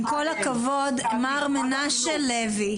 ממשלת ישראל.